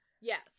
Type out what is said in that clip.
Yes